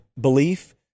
belief